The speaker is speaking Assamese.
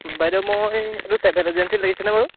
বাইদেউ মই এইটো ট্ৰেভেল এজেন্সিত লাগিছেনে বাৰু